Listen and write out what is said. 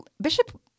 Bishop